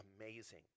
amazing